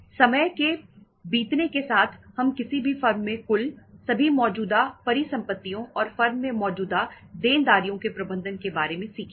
समय के बीतने के साथ हम किसी भी फर्म में कुल सभी मौजूदा परिसंपत्तियों और फर्म में मौजूदा देनदारीओं के प्रबंधन के बारे में सीखेंगे